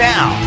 Now